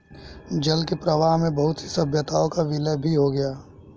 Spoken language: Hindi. जल के प्रवाह में बहुत सी सभ्यताओं का विलय भी हो गया